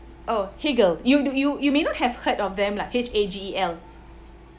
oh hagel you you you you may not have heard of them lah H_A_G_E_L